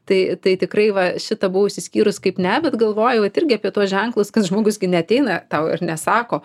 tai tai tikrai va šitą buvau išsiskyrus kaip ne bet galvojau vat irgi apie tuos ženklus kad žmogus gi neateina tau ir nesako